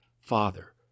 father